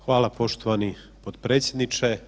Hvala poštovani potpredsjedniče.